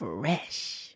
fresh